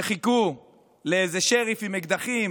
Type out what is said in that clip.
שחיכו לאיזה שריף עם אקדחים